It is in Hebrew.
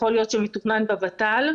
יכול להיות שמתוכנן בוות"ל.